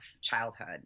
childhood